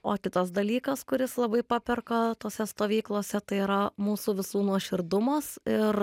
o kitas dalykas kuris labai paperka tose stovyklose tai yra mūsų visų nuoširdumas ir